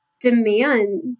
demand